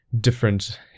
different